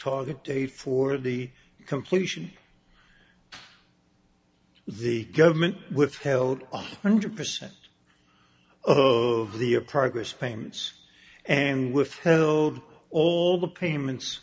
target date for the completion of the government withheld one hundred percent of the a progress payments and withheld all the payments